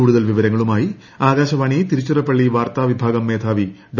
കൂടുതൽ വിവരങ്ങളുമായി ആകാശവാണ്ണി തിരുച്ചിറപ്പള്ളി വാർത്താവിഭാഗം മേധാവി ഡോ